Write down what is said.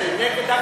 נגד,